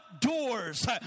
Doors